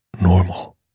normal